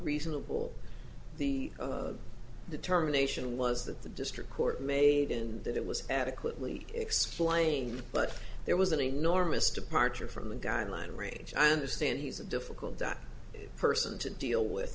reasonable the determination was that the district court made in that it was adequately explained but there was an enormous departure from the guideline range i understand he's a difficult that person to deal with